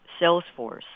Salesforce